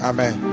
Amen